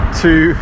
two